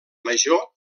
major